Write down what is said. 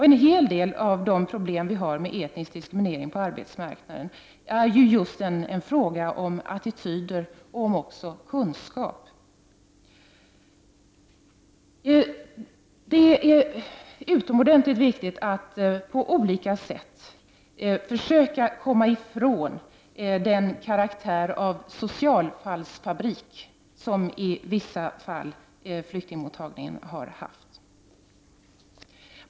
En hel del av de problem som vi har med etnisk diskriminering på arbetsmarknaden är just en fråga om attityder och om kunskap. Det är utomordentligt viktigt att på olika sätt försöka komma ifrån den karaktär av socialfallsfabrik som flyktingmottagningen i vissa fall har haft.